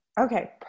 Okay